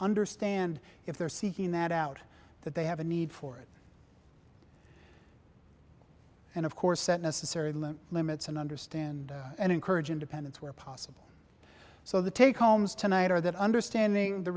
understand if they're seeking that out that they have a need for it and of course set necessary low limits and understand and encourage independence where possible so the take homes tonight are that understanding the